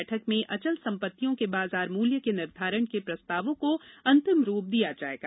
बैठक में अचल संपत्तियों के बाजार मूल्य के निर्धारण के प्रस्तावों को अंतिम रूप दिया जायेगा